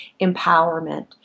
empowerment